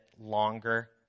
longer